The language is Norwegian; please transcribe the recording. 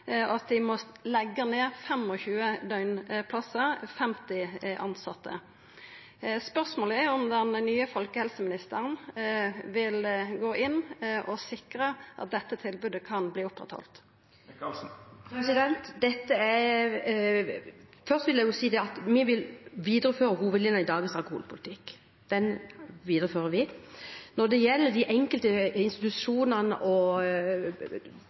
tilsette – og må leggja ned 25 døgnplassar. Spørsmålet er om den nye folkehelseministeren vil gå inn og sikra at dette tilbodet kan verte halde oppe. Først vil jeg si at vi vil videreføre hovedlinjene i dagens alkoholpolitikk. Dem viderefører vi. Når det gjelder de enkelte institusjonene og